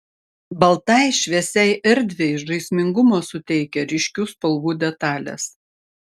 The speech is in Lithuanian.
baltai šviesiai erdvei žaismingumo suteikia ryškių spalvų detalės